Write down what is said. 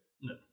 No